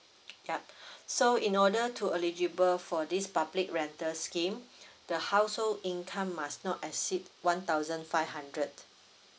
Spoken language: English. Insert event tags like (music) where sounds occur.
yup (breath) so in order to eligible for this public rental scheme the household income must not exceed one thousand five hundred